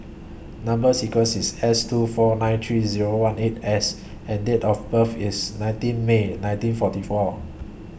Number sequence IS S two four nine three Zero one eight S and Date of birth IS nineteen May nineteen forty four